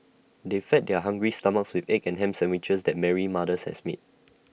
they fed their hungry stomachs with egg and Ham Sandwiches that Mary's mothers has made